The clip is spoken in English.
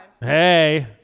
Hey